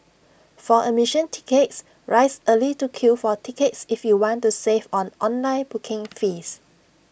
for admission tickets rise early to queue for tickets if you want to save on online booking fees